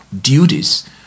duties